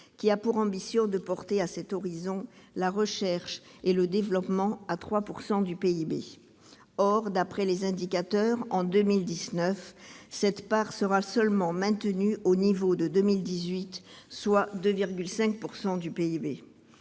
qui a pour ambition de porter, à cet horizon, la part de la recherche et développement à 3 % du PIB. Or, d'après les indicateurs, en 2019, cette part sera seulement maintenue au niveau de 2018, soit 2,5 % du PIB.